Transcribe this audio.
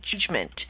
judgment